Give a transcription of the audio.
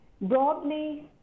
broadly